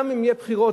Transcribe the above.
גם אם יהיו בחירות,